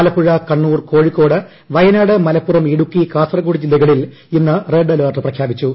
ആലപ്പുഴ കണ്ണൂർ കോഴിക്കോട് വയനാട് മലപ്പുറം ഇടുക്കി കാസർഗോഡ് ജില്ലകളിൽ ഇന്ന് red alert പ്രഖ്യാപിച്ചു